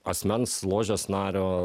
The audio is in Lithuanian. asmens ložės nario